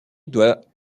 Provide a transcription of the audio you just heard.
doit